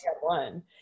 one